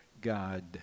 God